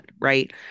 right